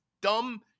dumb